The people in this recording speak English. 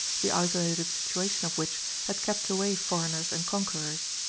the isolated situation of which had kept away foreigners and conquerors.